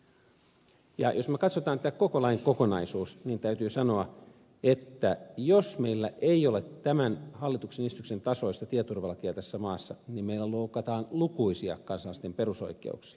jos me katsomme tätä koko lain kokonaisuutta niin täytyy sanoa että jos meillä ei ole tämän hallituksen esityksen tasoista tietoturvalakia tässä maassa niin meillä loukataan lukuisia kansalaisten perusoikeuksia